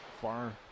Far